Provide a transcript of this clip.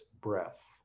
breath